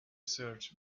search